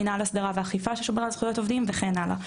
מנהל הסדרה ואכיפה ששומר על זכויות עובדים וכן הלאה.